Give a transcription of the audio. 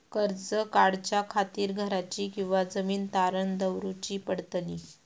कर्ज काढच्या खातीर घराची किंवा जमीन तारण दवरूची पडतली?